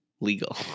legal